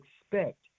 expect